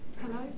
Hello